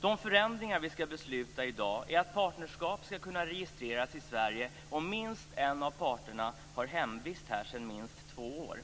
De förändringar vi ska besluta om i dag är att partnerskap ska kunna registreras i Sverige om minst en av parterna har hemvist här sedan minst två år.